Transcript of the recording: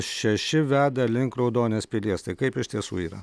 šeši veda link raudonės pilies tai kaip iš tiesų yra